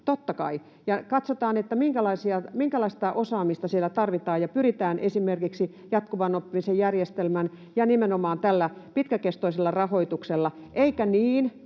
totta kai, katsoa, minkälaista osaamista siellä tarvitaan, ja pyrkiä esimerkiksi jatkuvan oppimisen järjestelmään ja nimenomaan pitkäkestoisella rahoituksella